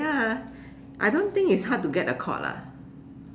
ya I don't think it's hard to get a court lah